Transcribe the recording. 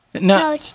No